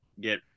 get